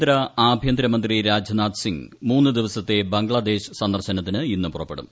കേന്ദ്ര ആഭൃന്തരമന്ത്രി രാജ്നാഥ് സിംഗ് മൂന്നു ദിവസത്തെ ബംഗ്ലാദേശ് സന്ദർശനത്തിന് ഇന്ന് പുറപ്പെടും